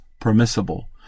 permissible